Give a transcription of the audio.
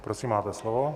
Prosím, máte slovo.